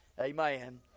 Amen